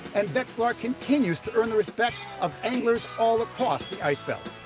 and vexilar continues to earn the respect of anglers all across the ice belt.